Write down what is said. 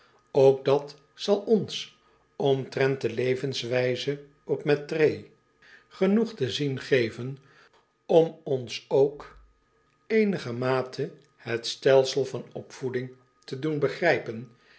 ook dat zal ons omtrent de levenswijze op mettray genoeg te zien geven om ons ook eenigermate het stelsel van opvoeding te doen begrijpen